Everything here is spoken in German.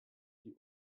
die